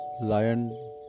lion